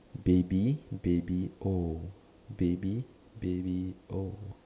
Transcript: baby baby oh baby baby oh